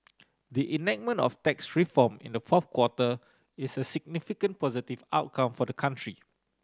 the enactment of tax reform in the fourth quarter is a significant positive outcome for the country